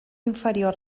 inferior